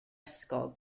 ysgol